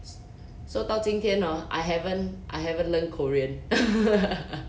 so 到今天 hor I haven't I haven't learn korean